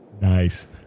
nice